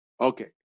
Okay